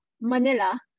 Manila